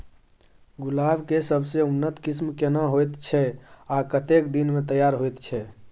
गुलाब के सबसे उन्नत किस्म केना होयत छै आ कतेक दिन में तैयार होयत छै?